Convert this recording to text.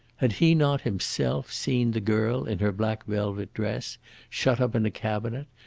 had he not himself seen the girl in her black velvet dress shut up in a cabinet,